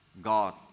God